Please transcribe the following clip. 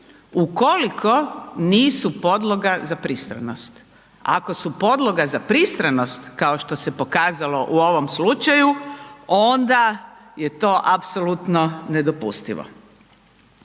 ukoliko nisu podloga za pristranost. Ako su podloga za pristranost, kao što se pokazalo u ovom slučaju onda je to apsolutno nedopustivo.